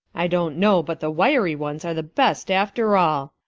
i don't know but the wiry ones are the best after all.